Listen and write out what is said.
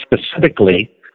specifically